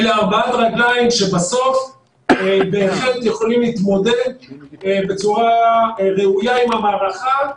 אלה ארבע הרגליים שבסוף בהחלט יכולים להתמודד בצורה ראויה עם המערכה.